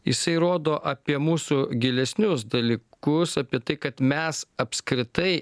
jisai rodo apie mūsų gilesnius dalykus apie tai kad mes apskritai